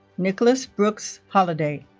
nicholas brooks holliday